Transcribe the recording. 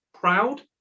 proud